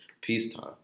peacetime